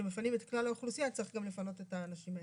כשפנים את כלל האוכלוסייה צריך לפנות גם את האנשים האלה.